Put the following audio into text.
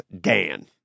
Dan